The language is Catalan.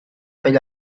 pell